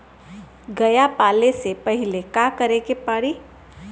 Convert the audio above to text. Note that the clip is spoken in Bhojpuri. गया पाले से पहिले का करे के पारी?